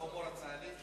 וההומור הצה"לי?